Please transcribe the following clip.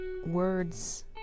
words